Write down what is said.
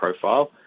profile